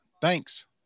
Thanks